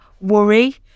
worry